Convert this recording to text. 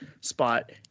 spot